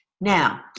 Now